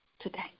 today